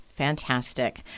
Fantastic